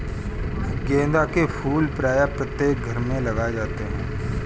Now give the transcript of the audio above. गेंदा के फूल प्रायः प्रत्येक घरों में लगाए जाते हैं